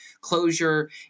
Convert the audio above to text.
closure